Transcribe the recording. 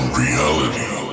reality